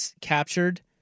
captured